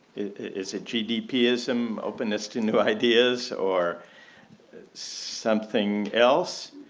is it gdp ism openness to new ideas or something else?